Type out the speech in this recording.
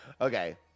Okay